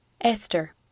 Esther